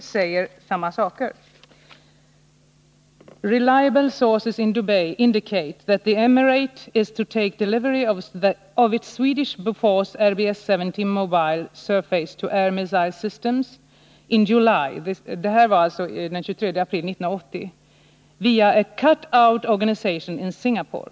Dessa uppgifter bekräftas i flera militära tidskrifter, som exempelvis Military Balance, London, Defense & Foreign Affairs Daily och Strategic Mid-East & Africa. Enligt Military Balance har Bahrein och Dubai redan RBS 70, och Tunisien har roboten på order. Pålitliga källor i Dubai antyder att emiratet kommer att få sitt svenska rörliga Bofors RBS 70 landbaserade raketsystem levererat i juli, via en bulvanorganisation i Singapore.